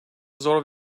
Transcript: zor